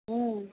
हूँ